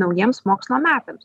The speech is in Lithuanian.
naujiems mokslo metams